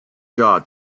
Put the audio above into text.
jaw